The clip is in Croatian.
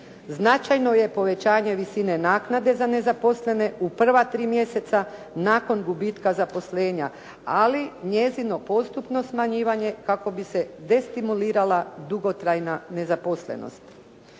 Značajno je povećanje visine naknade za nezaposlene u prva tri mjeseca nakon gubitka zaposlenja ali njezino postupno smanjivanje kako bi se destimulirala dugotrajna nezaposlenost.